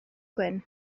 gwyn